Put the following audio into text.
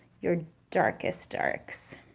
your darkest darks.